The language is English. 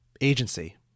agency